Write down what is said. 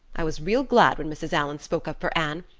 i was real glad when mrs. allan spoke up for anne,